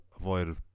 avoid